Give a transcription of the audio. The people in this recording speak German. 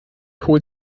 holt